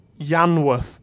Yanworth